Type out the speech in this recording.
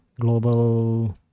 global